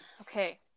Okay